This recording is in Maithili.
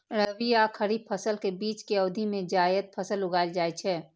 रबी आ खरीफ फसल के बीच के अवधि मे जायद फसल उगाएल जाइ छै